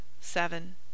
seven